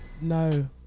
No